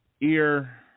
ear